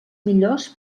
millors